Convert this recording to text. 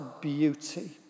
beauty